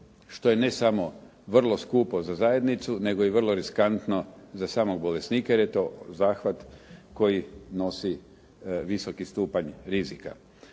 što je ne samo vrlo skupo za zajednicu, nego i vrlo riskantno za samog bolesnika jer je to zahvat koji nosi visoki stupanj rizika.